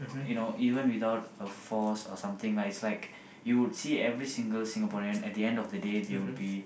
you know even without a force or something like is like you will see every single Singaporean at the end of the day they will be